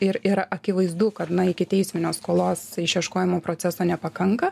ir yra akivaizdu kad na ikiteisminio skolos išieškojimo proceso nepakanka